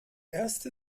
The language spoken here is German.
erste